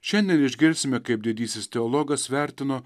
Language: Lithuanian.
šiandien išgirsime kaip didysis teologas vertino